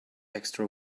extra